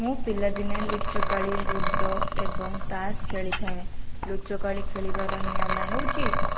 ମୁଁ ପିଲାଦିନେ ଲୁଚକାଳି ଲୁଡୋ ଏବଂ ତାସ ଖେଳିଥାଏ ଲୁଚକାଳି ଖେଳିବାର ନିୟମ ହେଉଛି